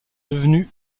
devenue